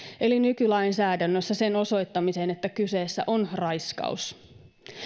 eli nykylainsäädännössä sen osoittamiseen että kyseessä on raiskaus